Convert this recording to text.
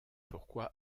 pourquoi